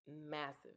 massive